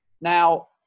Now